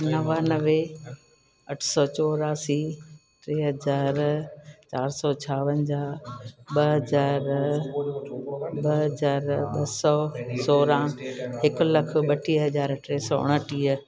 नवानवे अठ सौ चोरासी टे हज़ार चारि सौ छावंजह ॿ हज़ार ॿ हज़ार ॿ सौ सौरहां हिकु लखु ॿटीह हज़ार टे सौ उणिटीह